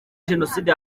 jenoside